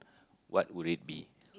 what would it be